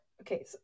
okay